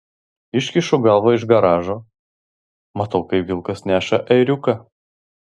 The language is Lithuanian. iškišu galvą iš garažo matau kaip vilkas neša ėriuką